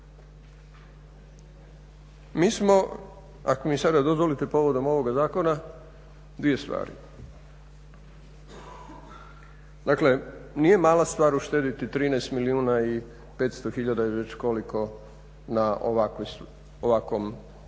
Mi smo, ako mi sada dozvolite povodom ovoga zakona, dvije stvari. Dakle, nije mala stvar uštedjeti 13 milijuna i 500 tisuća ili već koliko na ovoj stavci